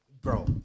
bro